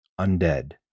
Undead